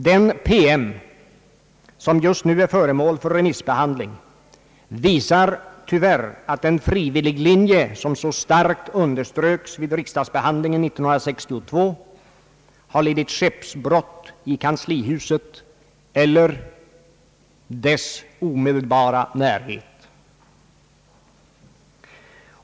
Den promemoria som just nu är föremål för remissbehandling visar tyvärr att den frivilliglinje som så starkt underströks vid riksdagsbehandlingen 1962 har lidit skeppsbrott i kanslihuset eller dess omedelbara närhet.